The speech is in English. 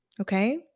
okay